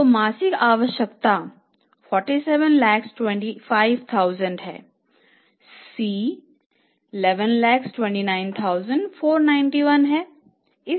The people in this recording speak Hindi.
तो मासिक आवश्यकता 4725000 है C 1129491 है